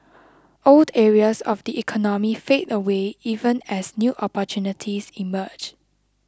old areas of the economy fade away even as new opportunities emerge